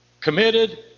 committed